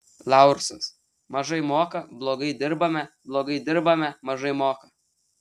laursas mažai moka blogai dirbame blogai dirbame mažai moka